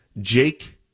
Jake